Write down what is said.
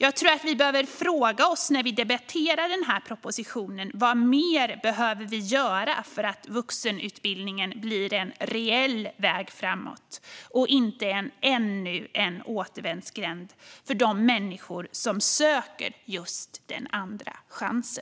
Jag tror vi behöver fråga oss när vi debatterar denna proposition vad vi mer behöver göra för att vuxenutbildningen ska bli en reell väg framåt och inte ännu en återvändsgränd för de människor som söker just en andra chans.